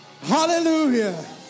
Hallelujah